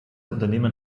unternehmen